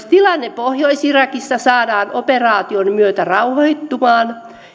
tilanne pohjois irakissa operaation myötä rauhoittumaan